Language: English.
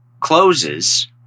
closes